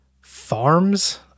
farms